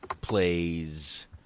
plays